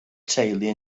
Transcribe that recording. teulu